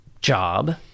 job